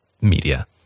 media